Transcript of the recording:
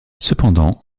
cependant